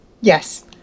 Yes